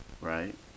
right